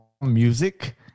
music